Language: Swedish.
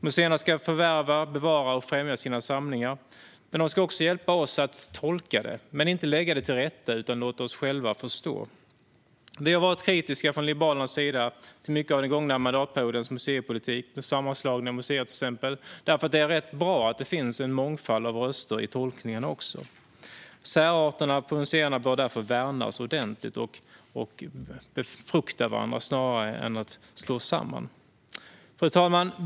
Museerna ska förvärva, bevara och främja sina samlingar. De ska också hjälpa oss att tolka dem. Men de ska inte lägga till rätta, utan låta oss själva förstå. Vi har varit kritiska från Liberalernas sida till mycket av den gångna mandatperiodens museipolitik med exempelvis sammanslagna museer. Det är rätt bra att det finns en mångfald av röster också i tolkningen, och museernas särart bör därför värnas ordentligt. Man bör låta dem befrukta varandra snarare än att slå samman dem. Fru talman!